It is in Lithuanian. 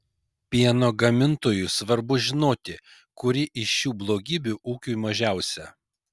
pieno gamintojui svarbu žinoti kuri iš šių blogybių ūkiui mažiausia